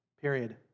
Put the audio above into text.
Period